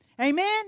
Amen